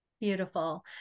Beautiful